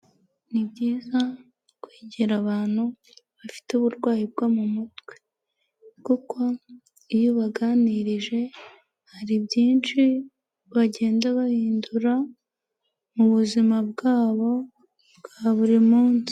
Ni byiza kwegera abantu bafite uburwayi bwo mu mutwe, kuko iyo ubaganirije hari byinshi bagenda bahindura mu buzima bwabo bwa buri munsi.